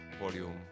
volume